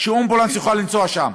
ואמבולנס יוכל לנסוע שם